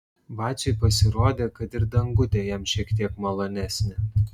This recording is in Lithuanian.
vaciui pasirodė kad ir dangutė jam šiek tiek malonesnė